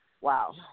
Wow